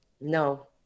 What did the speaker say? No